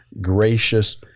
gracious